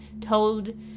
told